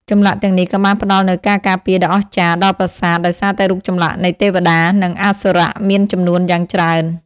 ចម្លាក់ទាំងនេះក៏បានផ្តល់នូវការការពារដ៏អស្ចារ្យដល់ប្រាសាទដោយសារតែរូបចម្លាក់នៃទេវតា និងអសុរៈមានចំនួនយ៉ាងច្រើន។